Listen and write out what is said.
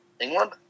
England